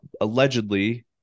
allegedly